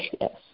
yes